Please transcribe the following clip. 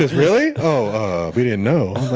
really? oh, we didn't know.